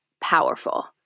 powerful